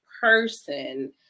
person